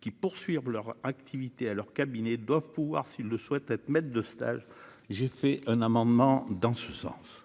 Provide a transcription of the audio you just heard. qui poursuivent leur activité à leur cabinet doivent pouvoir s'ils le souhaitent être maître de stage, j'ai fait un amendement dans ce sens